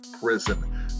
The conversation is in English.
prison